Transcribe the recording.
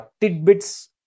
tidbits